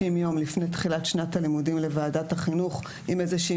יום לפני תחילת שנת הלימודים לוועדת החינוך עם איזושהי